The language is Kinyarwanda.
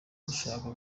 ndashaka